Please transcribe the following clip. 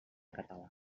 català